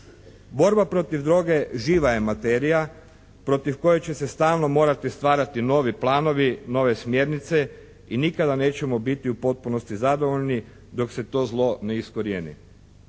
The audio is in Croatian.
Borba protiv droge živa je materija protiv koje će se stalno morati stvarati novi planovi, nove smjernice i nikada nećemo biti u potpunosti zadovoljni dok se to zlo ne iskorijeni.